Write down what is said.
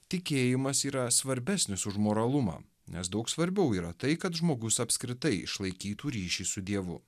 tikėjimas yra svarbesnis už moralumą nes daug svarbiau yra tai kad žmogus apskritai išlaikytų ryšį su dievu